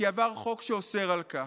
כי עבר חוק שאוסר על כך.